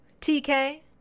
TK